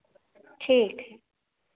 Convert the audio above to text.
ठीक है